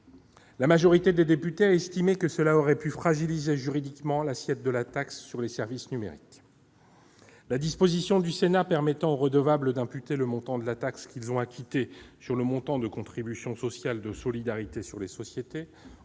La majorité des députés a estimé que cette mesure aurait pu fragiliser juridiquement l'assiette de la taxe sur les services numériques. La disposition émanant du Sénat permettant aux redevables d'imputer le montant de la taxe qu'ils ont acquitté sur le montant de contribution sociale de solidarité sur les sociétés,